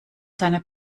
seine